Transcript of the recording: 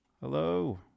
hello